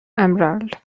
emerald